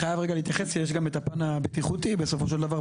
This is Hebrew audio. צריך לציין שיש גם את הפן הבטיחותי בנהיגה.